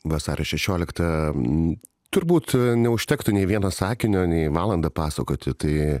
vasario šešiolikta turbūt neužtektų nei vieno sakinio nei valandą pasakoti tai